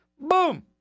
Boom